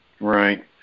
Right